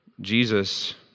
Jesus